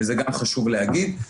וזה גם חשוב להגיד.